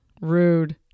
Rude